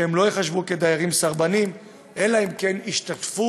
שהם לא ייחשבו כדיירים סרבנים אלא אם כן השתתפו